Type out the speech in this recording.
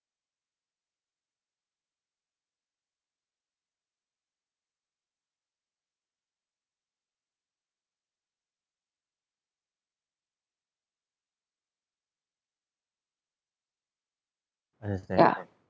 understand